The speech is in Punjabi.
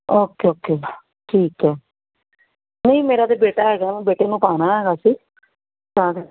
ਓਕੇ ਓਕੇ ਠੀਕ ਹੈ ਨਹੀਂ ਮੇਰਾ ਤਾਂ ਬੇਟਾ ਹੈਗਾ ਬੇਟੇ ਨੂੰ ਪਾਉਣਾ ਹੈ ਵੈਸੇ ਤਾਂ ਕਰਕੇ